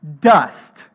dust